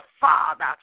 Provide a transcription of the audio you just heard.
Father